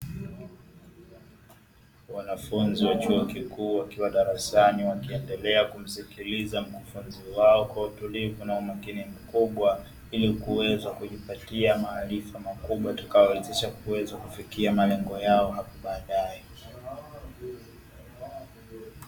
Wanafunzi wa chuo kikuu wakiwa darasani wakiendelea kumsikiliza mkufunzi wao kwa utulivu na umakini mkubwa, ili kuweza kujipatia maarifa makubwa yatakayo wezesha kufikia malengo yao hapo badae.